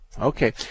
Okay